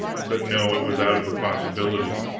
but no, it was out of the possibilities.